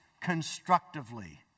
constructively